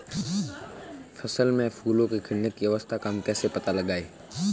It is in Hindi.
फसल में फूलों के खिलने की अवस्था का हम कैसे पता लगाएं?